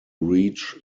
reach